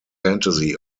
fantasy